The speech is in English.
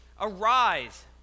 Arise